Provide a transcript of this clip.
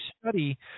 study